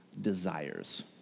desires